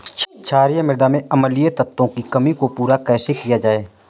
क्षारीए मृदा में अम्लीय तत्वों की कमी को पूरा कैसे किया जाए?